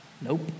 Nope